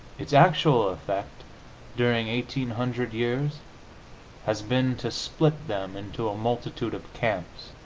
its actual effect during eighteen hundred years has been to split them into a multitude of camps,